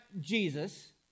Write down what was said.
Jesus